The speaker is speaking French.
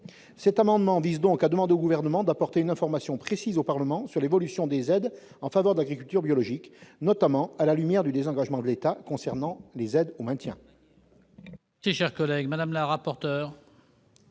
Cet amendement vise donc à demander au Gouvernement d'apporter une information précise au Parlement sur l'évolution des aides en faveur de l'agriculture biologique, notamment à la lumière du désengagement de l'État concernant les aides au maintien. Quel est l'avis de la commission